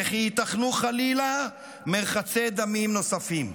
וכי ייתכנו חלילה מרחצי דמים נוספים.